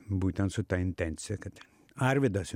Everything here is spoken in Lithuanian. būtent su ta intencija kad arvydas